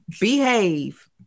Behave